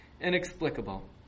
inexplicable